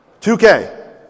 2K